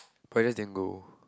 pointless then go